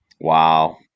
Wow